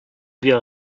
wir